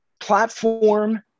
Platform